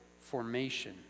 formation